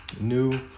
new